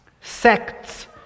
sects